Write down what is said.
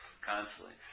constantly